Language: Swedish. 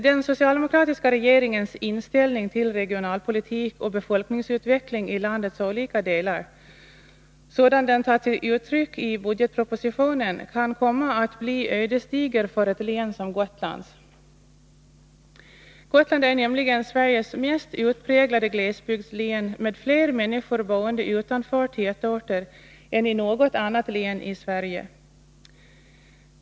Den socialdemokratiska regeringens inställning till regionalpolitik och befolkningsutveckling i landets olika delar — sådan den tagit sig uttryck i budgetpropositionen — kan komma att bli ödesdiger för ett län som Gotlands. Gotland är nämligen Sveriges mest utpräglade glesbygdslän med fler människor boende utanför tätorter än i något annat län i Sverige.